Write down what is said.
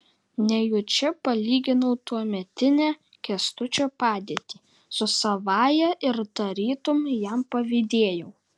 nejučia palyginau tuometinę kęstučio padėtį su savąja ir tarytum jam pavydėjau